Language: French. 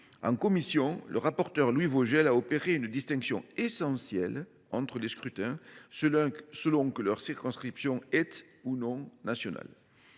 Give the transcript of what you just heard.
En commission, le rapporteur Louis Vogel a effectué une distinction essentielle entre les scrutins, selon que leur circonscription est, ou non, nationale.